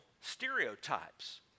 stereotypes